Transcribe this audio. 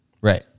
Right